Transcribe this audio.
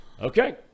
Okay